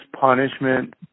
punishment